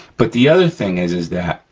but the other thing is is that,